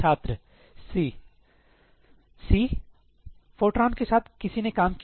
छात्र C C Fortran के साथ किसी ने काम किया